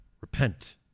Repent